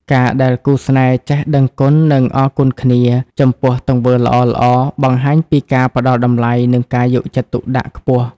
ការដែលគូស្នេហ៍ចេះ "ដឹងគុណ និងអរគុណគ្នា" ចំពោះទង្វើល្អៗ បង្ហាញពីការផ្ដល់តម្លៃ និងការយកចិត្តទុកដាក់ខ្ពស់។